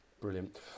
brilliant